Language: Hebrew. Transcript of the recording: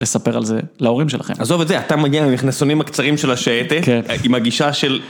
לספר על זה להורים שלכם. עזוב את זה, אתה מגיע עם המכנסונים הקצרים של השייטת עם הגישה של...